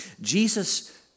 Jesus